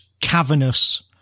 cavernous